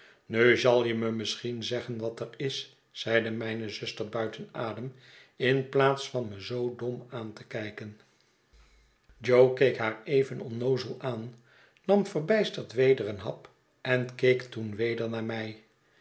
nu zal je me misschien zeggen wat er is zeide mijne zuster buiten adem in plaats van me zoo dom aan te kijken jo keek haar even onnoozel aan nam verbijsterd weder een hap en keek toen weder naar mij